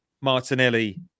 Martinelli